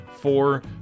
four